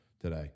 today